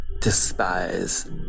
despise